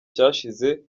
cyashize